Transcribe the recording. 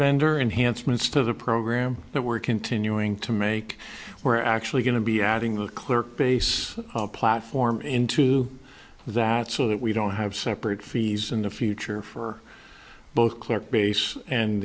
vendor enhancements to the program that we're continuing to make we're actually going to be adding the clerk base platform into that so that we don't have separate fees in the future for both clark base and